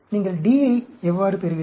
நீங்கள் D யை எவ்வாறு பெறுவீர்கள்